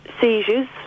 seizures